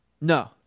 No